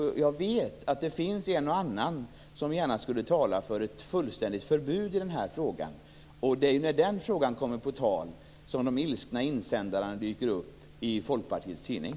Jag vet att det finns en och annan som gärna skulle tala för ett fullständigt förbud i den här frågan. Och det är när detta kommer på tal som de ilskna insändarna dyker upp i Folkpartiets tidning.